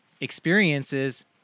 experiences